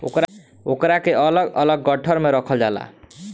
ओकरा के अलग अलग गट्ठर मे रखल जाला